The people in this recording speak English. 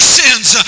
sins